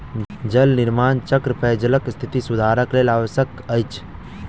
जल निर्माण चक्र पेयजलक स्थिति सुधारक लेल आवश्यक अछि